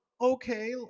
Okay